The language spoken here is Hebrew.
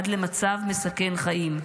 עד למצב מסכן חיים,